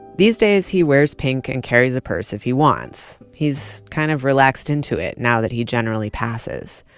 these days he wears pink and carries a purse if he wants. he's kind of relaxed into it, now that he generally passes.